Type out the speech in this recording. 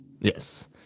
Yes